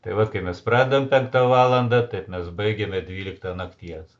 tai vat kai mes pradedam penktą valandą tai mes baigiame dvyliktą nakties